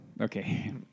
Okay